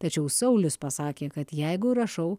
tačiau saulius pasakė kad jeigu rašau